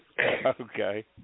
Okay